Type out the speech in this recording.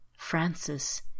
Francis